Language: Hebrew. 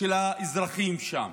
לאזרחים שם,